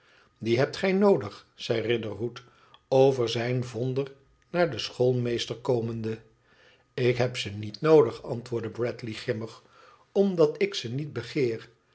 die hebt gij noodig zei riderhood over zijn vonder naar den schoolmeester komende ik heb ze niet noodig antwoordde bradley grimmig omdat ik ze niet begeer